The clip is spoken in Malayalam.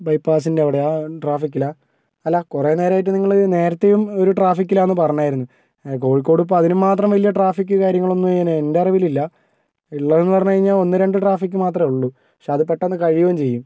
ബൈപ്പാസിൻ്റെ അവിടെയാണോ ആ ട്രാഫിക്കിലാണോ അല്ല കുറേ നേരമായിട്ട് നിങ്ങള് നേരത്തെയും ഒരു ട്രാഫിക്കിൽ ആണെന്ന് പറഞ്ഞായിരുന്നു കോഴിക്കോട് ഇപ്പോൾ അതിന് മാത്രം വലിയ ട്രാഫിക് കാര്യങ്ങളൊന്നും എൻ്റെ അറിവിൽ ഇല്ല ഉള്ളതെന്ന് പറഞ്ഞാൽ ഒന്ന് രണ്ട് ട്രാഫിക് മാത്രമേ ഉള്ളൂ പക്ഷേ അത് പെട്ടെന്ന് കഴിയുകയും ചെയ്യും